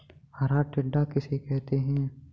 हरा टिड्डा किसे कहते हैं?